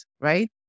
right